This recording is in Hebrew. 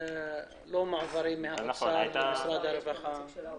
מועברים מהאוצר למשרד הרווחה.